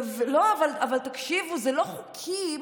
תקשיבו, זה לא חוקים,